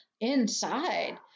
inside